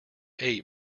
ate